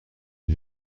une